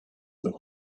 their